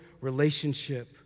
relationship